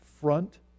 front